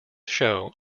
show